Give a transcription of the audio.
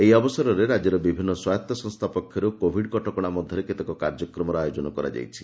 ଏହି ଅବସରେ ରାଜ୍ୟର ବିଭିନ୍ ସ୍ୱାୟତ୍ତ ସଂସ୍ଥା ପକ୍ଷର୍ କୋଭିଡ୍ କଟକଣା ମଧ୍ଧରେ କେତେକ କାର୍ଯ୍ୟକ୍ରମର ଆୟୋଜନ କରାଯାଇଛି